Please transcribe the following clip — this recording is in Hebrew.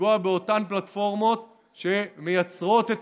לפגוע באותן פלטפורמות שמייצרות את